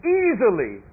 easily